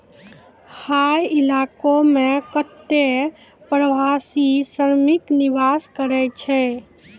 हय इलाको म कत्ते प्रवासी श्रमिक निवास करै छै